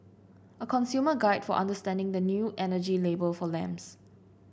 a consumer guide for understanding the new energy label for lamps